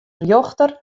rjochter